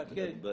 שקט,